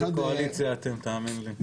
כבוד המנכ"ל,